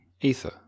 Ether